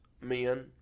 men